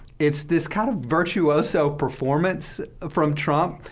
it's this kind of virtuoso performance ah from trump.